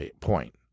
point